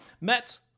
Mets